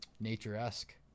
nature-esque